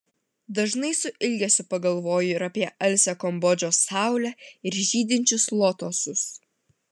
dažnai su ilgesiu pagalvoju ir apie alsią kambodžos saulę ir žydinčius lotosus